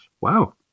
Wow